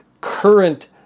current